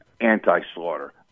anti-slaughter